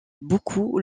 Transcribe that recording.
beaucoup